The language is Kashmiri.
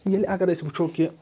ییٚلہِ اگر أسۍ وٕچھو کہِ